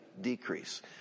decrease